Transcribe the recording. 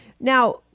Now